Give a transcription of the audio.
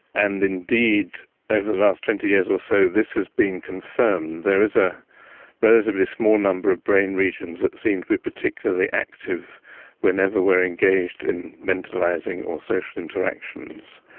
and indeed over the last twenty years or so this has been confirmed. there is a relatively small number of brain regions that seem to be particularly active whenever we're engaged in mentalising or social interactions,